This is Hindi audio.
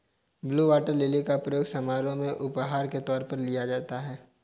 ब्लू वॉटर लिली का प्रयोग समारोह में उपहार के तौर पर किया जाता है